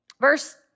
Verse